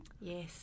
Yes